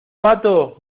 pato